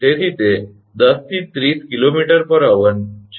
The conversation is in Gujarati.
તેથી તે 10 − 30 𝐾𝑚 ℎ𝑟 છે